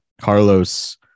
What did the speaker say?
Carlos